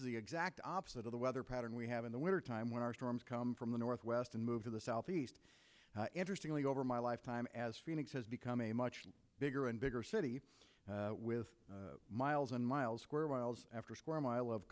is the exact opposite of the weather pattern we have in the wintertime when our storms come from the northwest and move to the southeast interestingly over my lifetime as phoenix has become a much bigger and bigger city with miles and miles square miles after square mile of